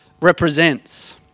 represents